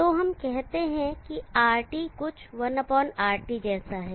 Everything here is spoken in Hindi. तो हम कहते हैं कि RT कुछ 1RT जैसा है